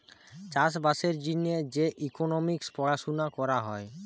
চাষ বাসের জিনে যে ইকোনোমিক্স পড়াশুনা করা হয়